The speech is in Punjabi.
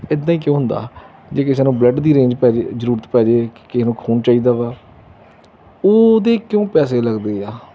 ਇੱਦਾਂ ਹੀ ਕਿਉਂ ਹੁੰਦਾ ਜੇ ਕਿਸੇ ਨੂੰ ਬਲੱਡ ਦੀ ਰੇਂਜ ਪੈ ਜੇ ਜ਼ਰੂਰਤ ਪੈ ਜੇ ਕਿ ਕਿਸੇ ਨੂੰ ਖੂਨ ਚਾਹੀਦਾ ਵਾ ਉਹ ਦੇ ਜਿਹੜੀ ਮੈਡੀਕਲ ਸਟੋਰ ਆ ਉੱਥੋਂ ਮਿਲਿਆ ਜਾਂਦਾ ਉਹ ਕਿਉਂ ਉਹਦੇ ਕਿਉਂ ਪੈਸੇ ਲੱਗਦੇ ਆ